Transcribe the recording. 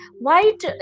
white